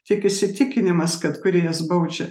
tik įsitikinimas kad kūrėjas baudžia